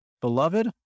beloved